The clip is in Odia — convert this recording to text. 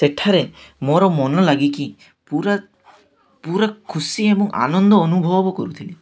ସେଠାରେ ମୋର ମନ ଲାଗିକି ପୁରା ପୁରା ଖୁସି ଏବଂ ଆନନ୍ଦ ଅନୁଭବ କରୁଥିଲି